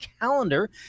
calendar